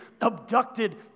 abducted